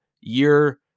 year